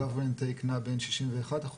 ה- government takeנע בין 61%-65%.